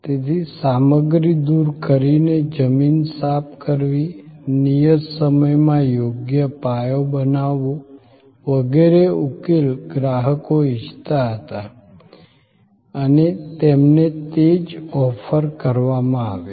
તેથી સામગ્રી દૂર કરી ને જમીન સાફ કરવીનિયત સમય માં યોગ્ય પાયો બનાવવો વગેરે ઉકેલ ગ્રાહકો ઇચ્છતાહતા અને તેમને તે જ ઓફર કરવામાં આવ્યા